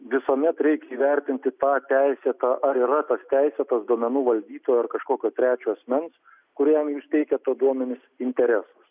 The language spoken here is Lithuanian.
visuomet reikia įvertinti tą teisėtą ar yra tas teisėtas duomenų valdytojo ar kažkokio trečio asmens kuriam jūs teikiate duomenis interesas